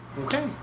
Okay